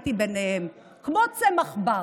חייתי ביניהם כמו צמח בר,